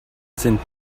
sind